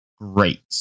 great